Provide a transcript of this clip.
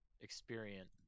experience